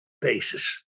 basis